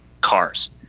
cars